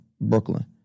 Brooklyn